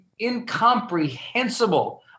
incomprehensible